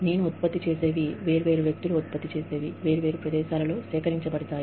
నేను ఉత్పత్తి చేసేవి వేర్వేరు వ్యక్తులు వేర్వేరు ప్రదేశాల్లో ఉత్పత్తి చేసేవి సేకరించబడతాయి